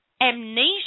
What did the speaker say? amnesia